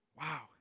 Wow